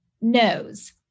knows